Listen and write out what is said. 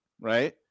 right